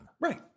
right